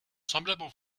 semblables